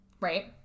Right